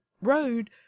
road